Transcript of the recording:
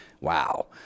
wow